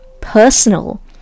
personal